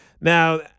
now